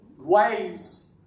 waves